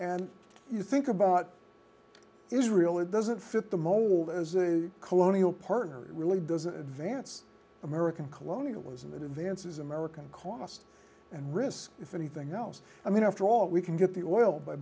and you think about israel it doesn't fit the mold as a colonial part really doesn't vance american colonialism advances american cost and risk if anything else i mean after all we can get the oil by